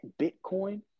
Bitcoin